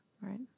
right